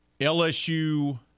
LSU